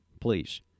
Please